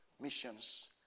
Missions